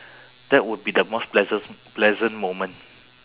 that would be the most pleasant pleasant moment